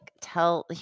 tell